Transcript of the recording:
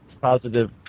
positive